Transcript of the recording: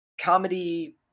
comedy